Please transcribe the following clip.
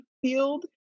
field